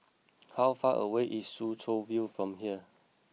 how far away is Soo Chow View from here